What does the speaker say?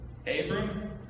Abram